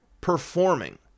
performing